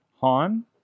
Han